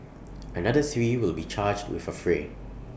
another three will be charged with affray